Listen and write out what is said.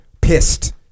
pissed